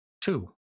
two